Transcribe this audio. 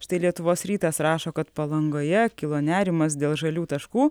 štai lietuvos rytas rašo kad palangoje kilo nerimas dėl žalių taškų